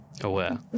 Aware